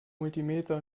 multimeter